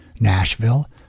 nashville